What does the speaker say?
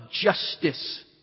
justice